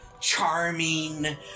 charming